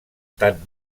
tant